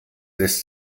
lässt